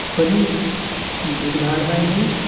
पनि भिडभाडमा नै